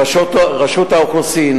רשות האוכלוסין,